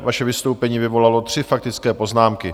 Vaše vystoupení vyvolalo tři faktické poznámky.